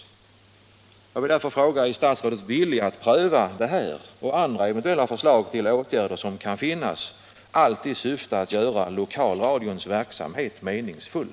Jag vill därför fråga: Är statsrådet villig att pröva detta och andra eventuella förslag till åtgärder som kan finnas — allt i syfte att göra lokalradions verksamhet meningsfull?